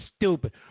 stupid